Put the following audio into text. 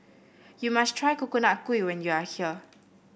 you must try Coconut Kuih when you are here